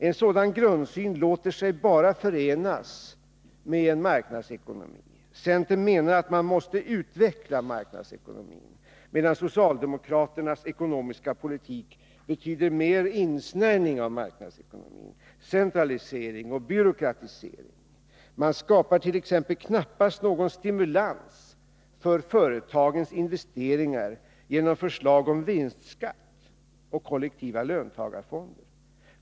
En sådan grundsyn låter sig bara förenas med en marknadsekonomi. Centern menar att man måste utveckla marknadsekonomin, medan socialdemokraternas ekonomiska politik betyder mer insnärjning av marknadsekonomin, centralisering och byråkratisering. Man skapar t.ex. knappast någon stimulans för företagens investeringar genom förslag om vinstskatt och kollektiva löntagarfonder.